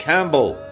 Campbell